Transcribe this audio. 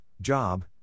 Job